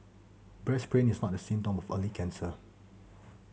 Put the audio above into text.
breast pain is not a symptom of early cancer